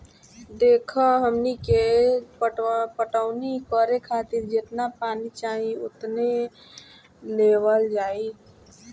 देखऽ हमनी के पटवनी करे खातिर जेतना पानी चाही ओतने लेवल जाई